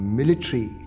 military